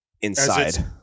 inside